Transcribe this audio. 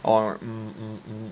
oh mm mm mm